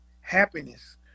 happiness